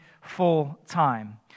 full-time